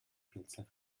vielzahl